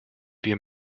wir